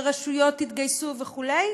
ורשויות התגייסו וכו',